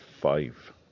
five